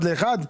אחד לאחד?